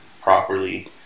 properly